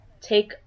take